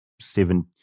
seven